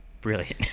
brilliant